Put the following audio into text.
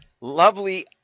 lovely